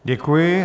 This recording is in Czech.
Děkuji.